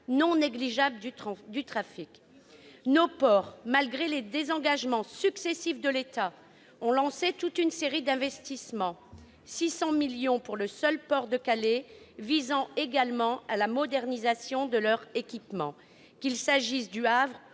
non négligeable du trafic. Nos ports, malgré les désengagements successifs de l'État, ont lancé toute une série d'investissements, 600 millions d'euros pour le seul port de Calais, visant également à la modernisation de leurs équipements, qu'il s'agisse du Havre ou